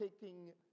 taking